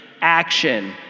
action